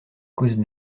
cause